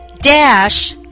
dash